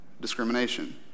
Discrimination